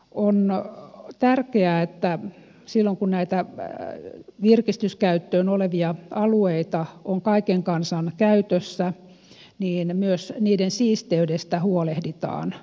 on tärkeää että silloin kun näitä virkistyskäytössä olevia alueita on kaiken kansan käytössä myös niiden siisteydestä huolehditaan asianmukaisesti